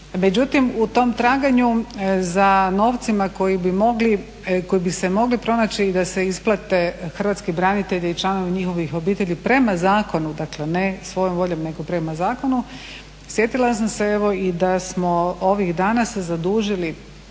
Međutim, u tom traganju za novcima koji bi se mogli pronaći da se isplate hrvatski branitelji i članovi njihovih obitelji prema zakonu, dakle ne svojom voljom nego prema zakonu, sjetila sam se evo i da smo ovih dana se zadužili